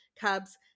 Cubs